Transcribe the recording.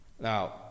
Now